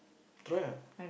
try ah